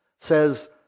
says